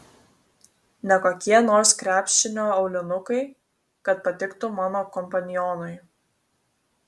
ne kokie nors krepšinio aulinukai kad patiktų mano kompanionui